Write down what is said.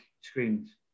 screens